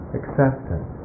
acceptance